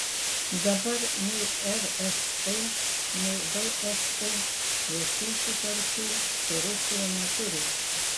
dabar nei rst nei vst jokių sutarčių su rusija neturi